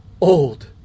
old